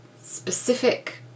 specific